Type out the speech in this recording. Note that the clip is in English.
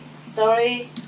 story